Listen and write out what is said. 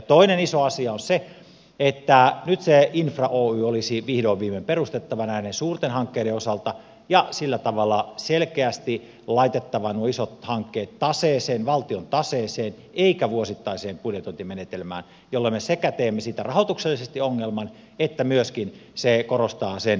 toinen iso asia on se että nyt se infra oy olisi vihdoin viimein perustettava näiden suurten hankkeiden osalta ja sillä tavalla selkeästi laitettava nuo isot hankkeet taseeseen valtion taseeseen eikä vuosittaiseen budjetointimenetelmään jolla me sekä teemme siitä rahoituksellisesti ongelman että myöskin korostamme sen lyhytjänteisyyttä